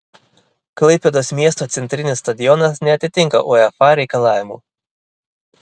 klaipėdos miesto centrinis stadionas neatitinka uefa reikalavimų